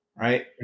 right